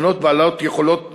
בנות בעלות יכולות מיוחדות.